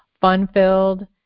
fun-filled